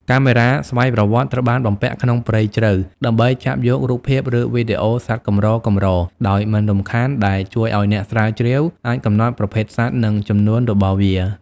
កាមេរ៉ាស្វ័យប្រវត្តិ ត្រូវបានបំពាក់ក្នុងព្រៃជ្រៅ ដើម្បីចាប់យករូបភាព ឬវីដេអូសត្វកម្រៗដោយមិនរំខាន ដែលជួយឲ្យអ្នកស្រាវជ្រាវអាចកំណត់ប្រភេទសត្វ និងចំនួនរបស់វា។